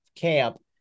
camp